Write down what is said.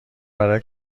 برای